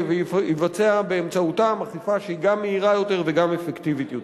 ויבצע באמצעותם אכיפה שהיא גם מהירה יותר וגם אפקטיבית יותר.